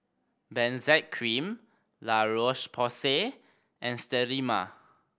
Benzac Cream La Roche Porsay and Sterimar